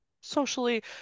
socially